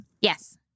Yes